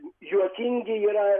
juokingi yra